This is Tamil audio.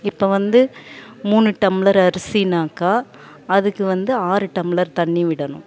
இப்போ வந்து மூணு டம்ளர் அரிசினாக்கா அதுக்கு வந்து ஆறு டம்ளர் தண்ணி விடணும்